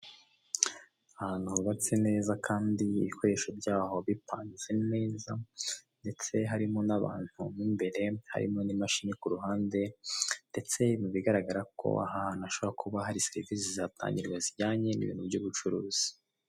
Isoko rinini. Hakaba harimo ibicuruzwa bigiye bitandukanye bibitswe mu tubati. Bimwe muri ibyo bicuruzwa harimo imiti y'ibirahure y'ubwoko butandukanye; ndetse hakabamo n'amasabune y'amazi. Iri duka rikaba rifite amatara yaka umweru.